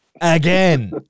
Again